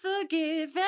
forgive